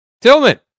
Tillman